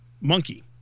monkey